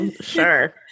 Sure